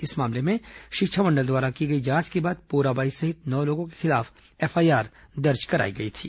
इस मामले में शिक्षा मंडल द्वारा की गई जांच के बाद पोराबाई सहित नौ लोगों के खिलाफ एफआईआर दर्ज कराई गई थी